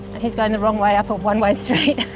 he's going the wrong way up a one way street,